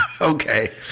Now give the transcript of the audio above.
Okay